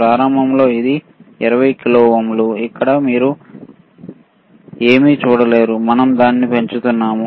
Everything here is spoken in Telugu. ప్రారంభంలో ఇది 20 కిలో ఓం ఇక్కడ మీరు ఇప్పుడు ఏమీ చూడలేరు మనం దానిని పెంచుతున్నాము